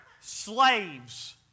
slaves